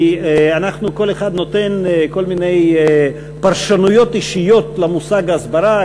כי כל אחד נותן כל מיני פרשנויות אישיות למושג "הסברה";